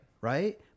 Right